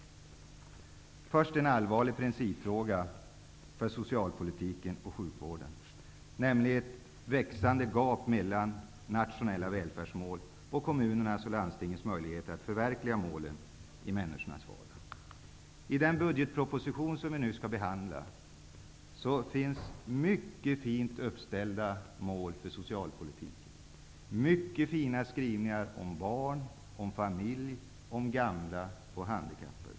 Först ett allvarligt principspörsmål för socialpolitiken och sjukvården, nämligen det växande gapet mellan nationella välfärdsmål och kommunernas och landstingens möjligheter att förverkliga målen i människornas vardag. I den budgetproposition som vi nu skall behandla finns det mycket fint uppställda mål för socialpolitiken, mycket fina skrivningar om barn, om familj, om gamla och om handikappade.